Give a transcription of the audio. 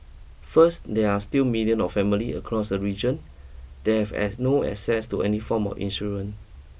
first there are still million of family across the region that have as no access to any form of insurance